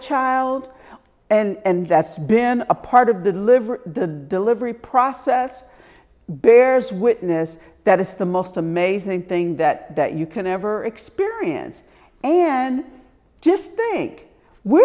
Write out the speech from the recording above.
child and that's been a part of the liver the livery process bears witness that is the most amazing thing that you can ever experience and just think we're